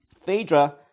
Phaedra